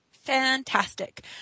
Fantastic